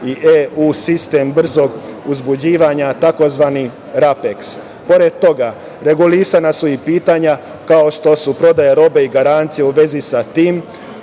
i EU sistem brzog uzbuđivanja, takozvani RAPEKS.Pored toga, regulisana su i pitanja, kao što su prodaja robe i garancije u vezi sa tim,